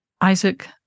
Isaac